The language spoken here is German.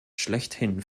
schlechthin